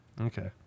Okay